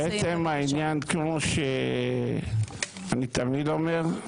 לעצם העניין כמו שאני תמיד אומר,